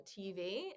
TV